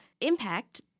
impact